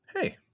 Hey